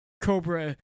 Cobra